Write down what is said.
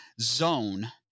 zone